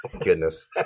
Goodness